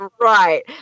Right